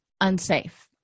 unsafe